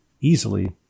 easily